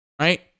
right